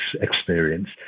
experience